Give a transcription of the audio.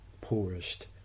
poorest